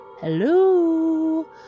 hello